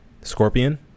scorpion